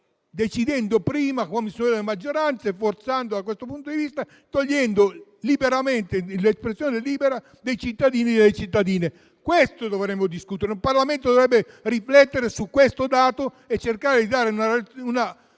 decidendo prima quali sono la maggioranze, forzando, da questo punto di vista, e eliminando l'espressione libera dei cittadini e delle cittadine. Questo dovremmo discutere. Un Parlamento dovrebbe riflettere su questo dato e cercare di dare una risposta